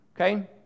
Okay